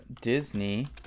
Disney